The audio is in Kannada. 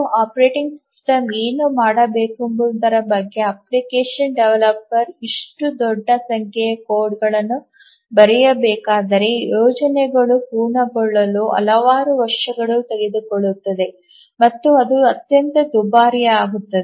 ಆಪರೇಟಿಂಗ್ ಸಿಸ್ಟಮ್ ಏನು ಮಾಡಬೇಕೆಂಬುದರ ಬಗ್ಗೆ ಅಪ್ಲಿಕೇಶನ್ ಡೆವಲಪರ್ ಇಷ್ಟು ದೊಡ್ಡ ಸಂಖ್ಯೆಯ ಕೋಡ್ಗಳನ್ನು ಬರೆಯಬೇಕಾದರೆ ಯೋಜನೆಗಳು ಪೂರ್ಣಗೊಳ್ಳಲು ಹಲವಾರು ವರ್ಷಗಳನ್ನು ತೆಗೆದುಕೊಳ್ಳುತ್ತದೆ ಮತ್ತು ಅದು ಅತ್ಯಂತ ದುಬಾರಿಯಾಗುತ್ತದೆ